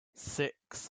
six